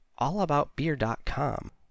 allaboutbeer.com